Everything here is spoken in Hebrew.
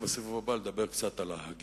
בסיבוב הבא אני ארצה לדבר קצת על ההגינות.